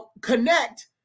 connect